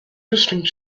distinct